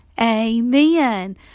Amen